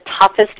toughest